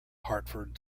hartford